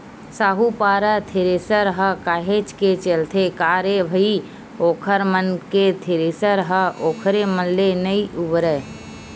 साहूपारा थेरेसर ह काहेच के चलथे का रे भई ओखर मन के थेरेसर ह ओखरे मन ले नइ उबरय